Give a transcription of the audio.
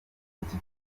iki